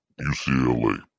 UCLA